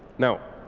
now